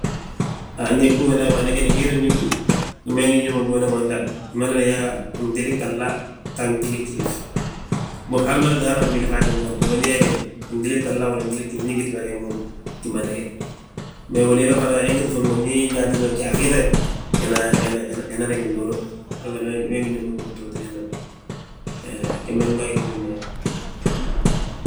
Ha ñe ɓuw giinda gimandi ge de, gii rruŋ ñób de. Wi ma ingi ñób mo ɓuuni gimanda, madana yaa gtili gtahla, ta a gtili gjiif. Mbo hal mada ta hana a gtili faajingooda, mee ñe de, gtili gtahla, walla gtili gjiif ndi ngiti mo ge moom, gimandi ge. Mee uléeyi we fana, ingiti fuuŋ mo ndi nyaantiti mo gyaaŧi giinda ge, inan, inan riŋi nduulu, we fana we gí ñób mo gí btooti biinda ma, he.